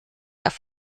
auf